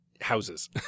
houses